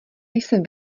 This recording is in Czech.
jsem